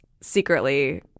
secretly